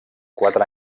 quatre